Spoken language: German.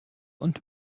und